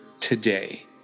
today